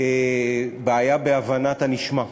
בעיה בהבנת הנשמע.